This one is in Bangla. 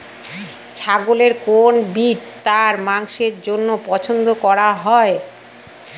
ছাগলের কোন ব্রিড তার মাংসের জন্য পছন্দ করা হয়?